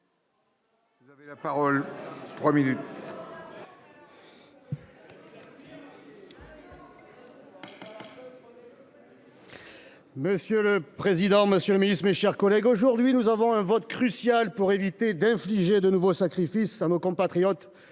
Monsieur le président, messieurs les ministres, mes chers collègues, aujourd'hui, nous sommes appelés à un vote crucial pour éviter d'infliger de nouveaux sacrifices à nos compatriotes